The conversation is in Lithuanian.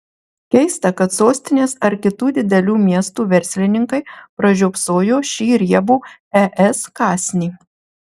keista kad sostinės ar kitų didelių miestų verslininkai pražiopsojo šį riebų es kąsnį